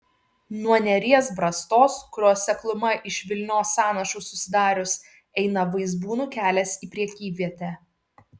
nuo neries brastos kurios sekluma iš vilnios sąnašų susidarius eina vaizbūnų kelias į prekyvietę